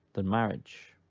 than marriage.